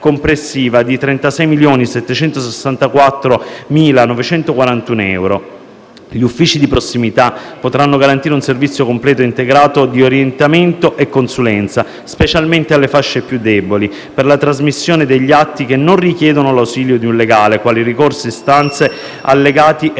di 36.764.941 euro. Gli uffici di prossimità potranno garantire un servizio completo e integrato di orientamento e consulenza, specialmente alle fasce più deboli, per la trasmissione degli atti che non richiedono l'ausilio di un legale, quali ricorsi, istanze, allegati e